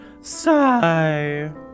sigh